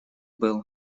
был